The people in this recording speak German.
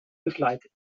begleitet